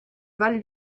val